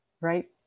right